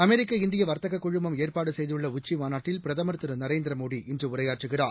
அமெிக்க இந்தியவர்த்தககுழுமம் ஏற்பாடுசெய்துள்ளஉச்சிமாநாட்டில் பிரதமர் திருநரேந்திரமோடி இன்றுஉரையாற்றுகிறார்